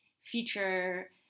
feature